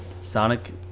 Sonic